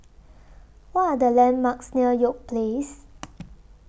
What Are The landmarks near York Place